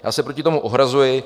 Já se proti tomu ohrazuji.